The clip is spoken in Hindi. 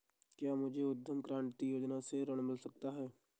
क्या मुझे उद्यम क्रांति योजना से ऋण मिल सकता है?